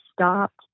stopped